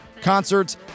concerts